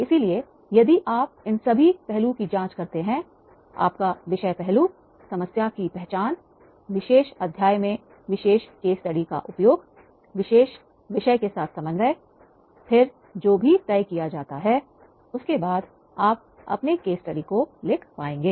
इसलिए यदि आप इन सभी पहलू की जांच करते हैंआपका विषय पहलू समस्या की पहचान विशेष अध्याय में विशेष केस स्टडी का उपयोग विशेष विषय के साथ समन्वय फिर जो भी तय किया जाता है उसके बाद आप अपने केस स्टडी को लिख पाएंगे